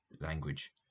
language